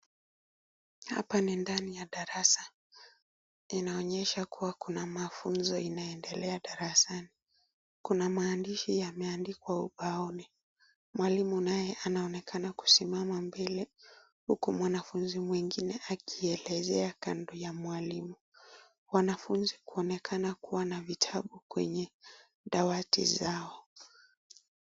Hapa ni ndani ya darasa. Inaonyesha kuwa kuna mafunzo inaendelea darasani. Kuna maandishi imeandikwa ubaoni. Mwalimu naye anaonekana kusimama mbele huku mwanafunzi mwingine akielezea kando ya mwalimu. Wanafunzi kuonekana kuwa na vitabu kwenye dawati zao .